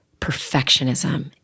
perfectionism